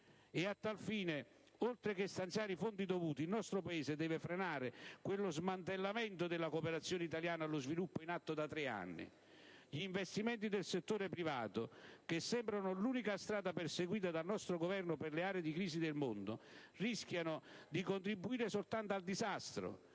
E a tal fine, oltre che stanziare i fondi dovuti, il nostro Paese deve frenare quello smantellamento della cooperazione italiana allo sviluppo in atto da tre anni. Gli investimenti del settore privato, che sembrano l'unica strada perseguita dal nostro Governo per le aree di crisi del mondo, rischiano di contribuire soltanto al disastro,